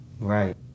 Right